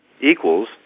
equals